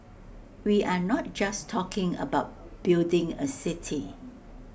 we are not just talking about building A city